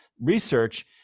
research